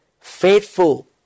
faithful